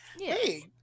Hey